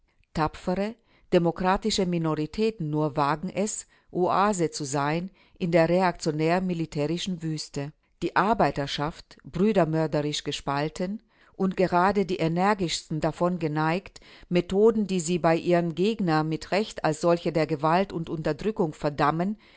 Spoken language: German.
tapfere demokratische minoritäten nur wagen es oase zu sein in der reaktionär-militärischen wüste die arbeiterschaft brudermörderisch gespalten und gerade die energischsten davon geneigt methoden die sie bei ihren gegnern mit recht als solche der gewalt und unterdrückung verdammten